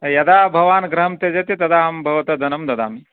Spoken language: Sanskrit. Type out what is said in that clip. यदा भवान् गृहं त्यजति तदा अहं भवतां धनं ददामि